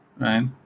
Right